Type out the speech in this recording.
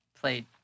played